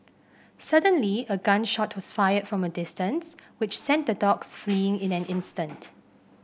suddenly a gun shot was fired from a distance which sent the dogs fleeing in an instant